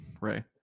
ray